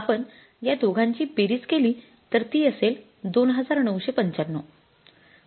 आपण या दोघांची बेरीज केली तर ती असेल २९९५